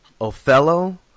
Othello